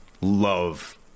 love